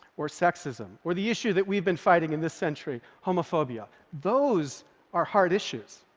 or sexism, or the issue that we've been fighting in this century, homophobia, those are hard issues.